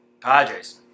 Padres